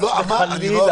חס וחלילה,